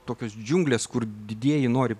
tokios džiunglės kur didieji nori